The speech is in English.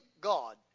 God